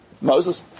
Moses